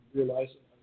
realizing